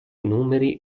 numeri